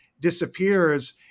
disappears